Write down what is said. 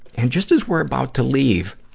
and just as we're about to leave,